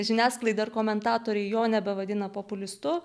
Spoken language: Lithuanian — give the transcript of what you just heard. žiniasklaida ir komentatoriai jo nebevadina populistu